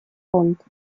фонд